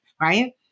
right